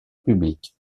public